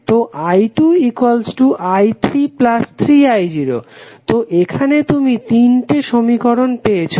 তো i2i33I0 তো এখানে তুমি তিনটি সমীকরণ পেয়েছো